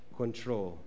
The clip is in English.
control